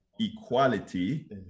equality